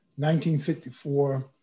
1954